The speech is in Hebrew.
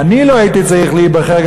אם אני לא הייתי צריך להיבחר,